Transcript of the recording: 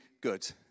good